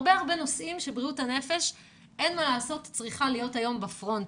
הרבה נושאים שבריאות הנפש צריכה להיות היום בפרונט.